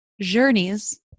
journeys